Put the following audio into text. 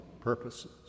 purposes